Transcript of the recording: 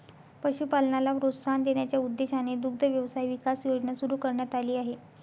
पशुपालनाला प्रोत्साहन देण्याच्या उद्देशाने दुग्ध व्यवसाय विकास योजना सुरू करण्यात आली आहे